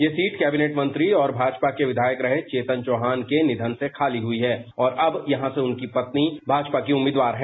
यह seat cabinet मंत्री और भाजपा के विधायक रहे चेतन चौहान के निधन से खाली हुई है और अब यहां से उनकी पत्नी भाजपा की उम्मीदवार हैं